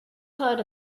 heard